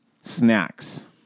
Snacks